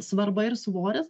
svarba ir svoris